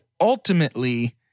ultimately